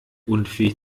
unfähig